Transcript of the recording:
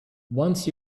once